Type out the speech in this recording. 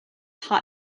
hot